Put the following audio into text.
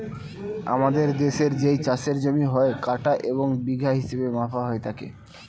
আমাদের দেশের যেই চাষের জমি হয়, কাঠা এবং বিঘা হিসেবে মাপা হয় তাকে